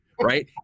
right